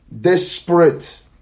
desperate